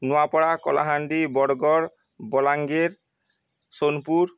Nuapada Kalahandi Bargarh Balangir Sonepur